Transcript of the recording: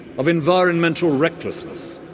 of environmental recklessness,